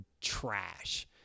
trash